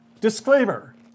disclaimer